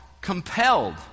compelled